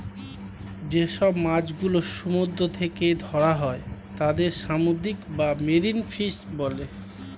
যে সব মাছ গুলো সমুদ্র থেকে ধরা হয় তাদের সামুদ্রিক বা মেরিন ফিশ বলে